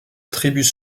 attribuent